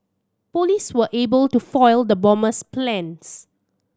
police were able to foil the bomber's plans